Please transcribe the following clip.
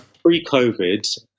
Pre-COVID